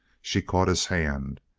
she caught his hand.